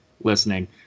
listening